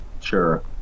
sure